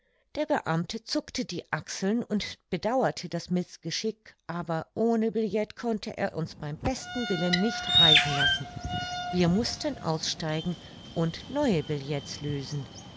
der beamte zuckte die achseln und bedauerte das mißgeschick aber ohne billet konnte er uns beim besten willen nicht reisen lassen wir mußten aussteigen und neue billets lösen